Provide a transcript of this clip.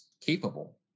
capable